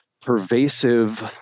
pervasive